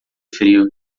frio